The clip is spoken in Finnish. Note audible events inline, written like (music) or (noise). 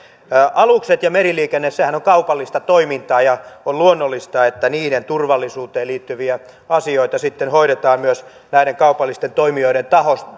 alukset ja meriliikennehän ovat kaupallista toimintaa ja on luonnollista että niiden turvallisuuteen liittyviä asioita sitten hoidetaan myös näiden kaupallisten toimijoiden taholta (unintelligible)